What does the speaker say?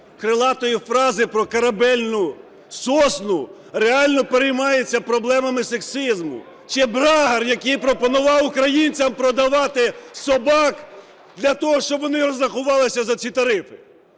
крилатої фрази про "корабельну сосну", - реально переймається проблемами сексизму? Чи Брагар, який пропонував українцям продавати собак для того, щоб вони розрахувалися за ці тарифи?